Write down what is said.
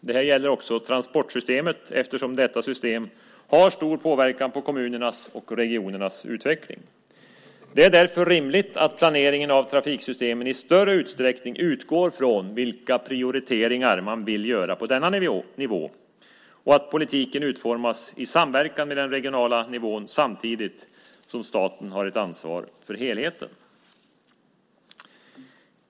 Det gäller också transportsystemet eftersom detta system har stor påverkan på kommunernas och regionernas utveckling. Det är därför rimligt att planeringen av trafiksystemen i större utsträckning utgår från vilka prioriteringar man vill göra på denna nivå och att politiken utformas i samverkan med den regionala nivån samtidigt som staten har ett ansvar för helheten.